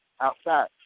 outside